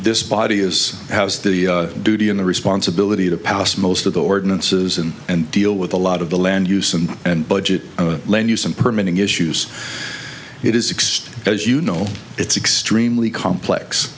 this body is has the duty in the sponsibility to pass most of the ordinances in and deal with a lot of the land use and and budget lend you some permitting issues it is six as you know it's extremely complex